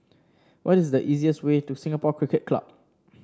what is the easiest way to Singapore Cricket Club